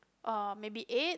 uh maybe eight